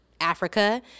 Africa